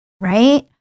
right